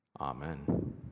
Amen